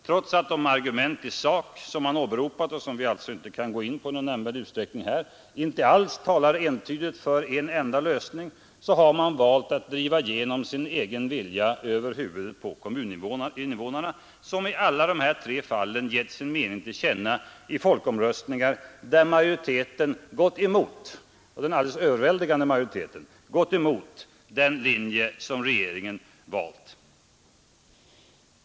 Trots att de argument i sak man åberopat, som vi inte kan gå in på närmare här, inte alls talar entydigt för en enda lösning, har man valt att driva igenom sin egen vilja över huvudet på kommuninvånarna, som alla i de här tre fallen gett sin mening till känna i folkomröstningar, där den alldeles överväldigande majoriteten gått emot den linje regeringen valt.